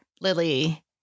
Lily